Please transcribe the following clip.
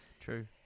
True